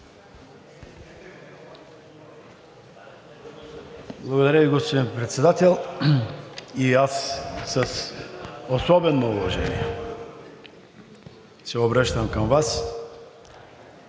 Благодаря Ви, господин Председател. И аз с особено уважение се обръщам към Вас,